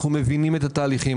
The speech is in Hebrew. אנחנו מבינים את התהליכים,